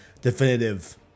definitive